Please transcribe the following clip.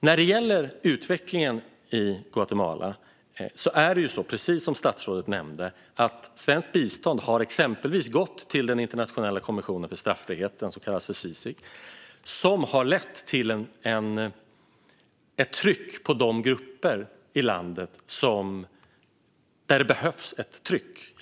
När det gäller utvecklingen i Guatemala har svenskt bistånd, precis som statsrådet nämnde, gått till exempelvis den internationella kommissionen mot straffrihet, CICIG. Detta har lett till ett tryck på de grupper i landet som det behöver sättas tryck på.